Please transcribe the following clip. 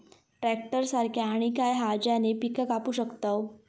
Tractor सारखा आणि काय हा ज्याने पीका कापू शकताव?